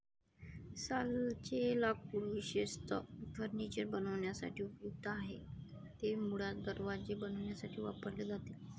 सालचे लाकूड विशेषतः फर्निचर बनवण्यासाठी उपयुक्त आहे, ते मुळात दरवाजे बनवण्यासाठी वापरले जाते